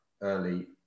early